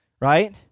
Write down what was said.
right